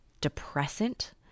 depressant